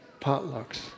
potlucks